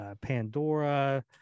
pandora